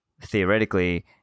theoretically